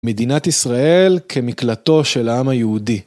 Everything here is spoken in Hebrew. מדינת ישראל כמקלטו של העם היהודי.